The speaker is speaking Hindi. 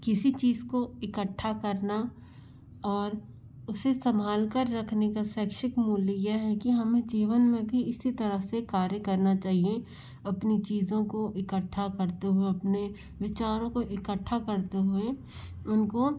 किसी चीज़ को इकट्ठा करना और उसे संभालकर रखने का सैक्षिक मूल्य यह है कि हमें जीवन में भी इसी तरह से कार्य करना चाहिए अपनी चीज़ो को इकट्ठा करते हुए अपने विचारों को इकट्ठा करते हुए उनको